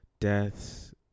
deaths